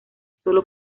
sólo